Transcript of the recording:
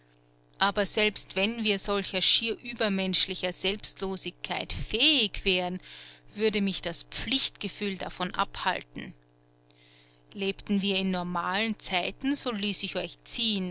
aber selbst wenn wir solcher schier übermenschlicher selbstlosigkeit fähig wären würde mich das pflichtgefühl davon abhalten lebten wir in normalen zeiten so ließ ich euch ziehen